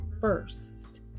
first